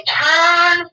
turn